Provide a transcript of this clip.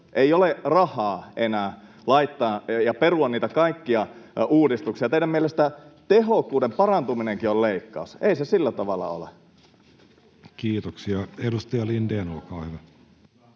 Ei ole rahaa enää perua niitä kaikkia uudistuksia. Teidän mielestänne tehokkuuden parantuminenkin on leikkaus. Ei se sillä tavalla ole. Kiitoksia. — Edustaja Lindén, olkaa hyvä.